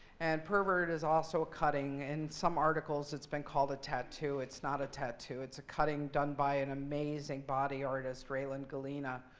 and pervert is also cutting. in some articles, it's been called a tattoo. it's not a tattoo. it's a cutting done by an amazing body artist? and gallina?